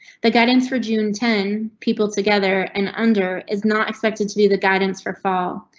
the guidance for june ten people together an under is not expected to be the guidance for fall.